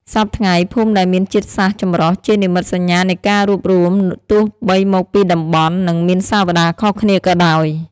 សព្វថ្ងៃ ភូមិដែលមានជាតិសាសន៍ចម្រុះជានិមិត្តសញ្ញានៃការរួបរួមទោះបីមកពីតំបន់ និងមានសាវតាខុសគ្នាក៏ដោយ។